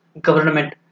government